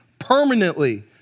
permanently